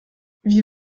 wie